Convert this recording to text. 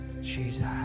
Jesus